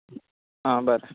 हां बरें